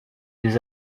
des